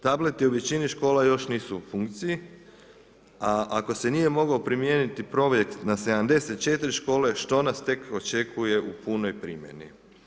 Tableti u većini škola još nisu u funkciji a ako se nije moglo primijeniti projekt na 74 škole, što nas tek očekuje u punoj primjeni?